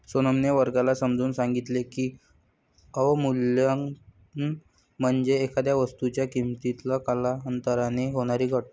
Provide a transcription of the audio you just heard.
सोनमने वर्गाला समजावून सांगितले की, अवमूल्यन म्हणजे एखाद्या वस्तूच्या किमतीत कालांतराने होणारी घट